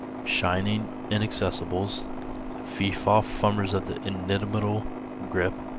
shining inaccessibles fee-faw-fummers of the inimitable grip